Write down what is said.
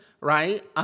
right